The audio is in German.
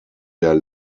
der